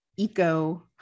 Eco